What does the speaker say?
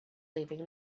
leaving